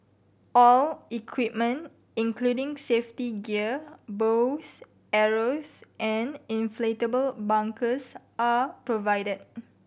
all equipment including safety gear bows arrows and inflatable bunkers are provided